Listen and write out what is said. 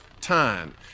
time